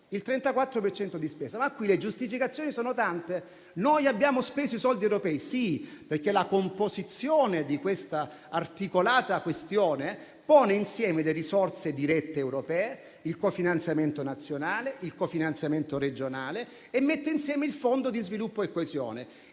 circa di spesa. Ma qui le giustificazioni sono tante. Noi abbiamo speso i soldi europei? Sì, perché la composizione di questa articolata questione pone insieme le risorse dirette europee, il cofinanziamento nazionale, il cofinanziamento regionale e mette insieme il Fondo per lo sviluppo e la coesione.